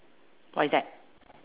what is that